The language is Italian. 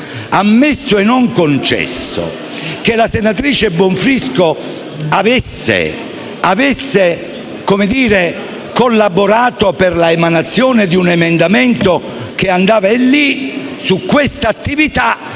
ammesso e non concesso che la senatrice Bonfrisco avesse collaborato per l'emanazione di un emendamento, su quest'attività